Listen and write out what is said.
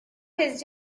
his